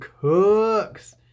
Cooks